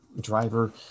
driver